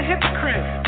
Hypocrite